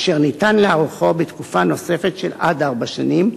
אשר ניתן להאריכו בתקופה נוספת של עד ארבע שנים,